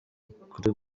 ukuri